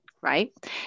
Right